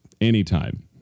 anytime